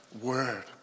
word